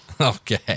Okay